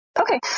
Okay